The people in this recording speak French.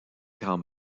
grand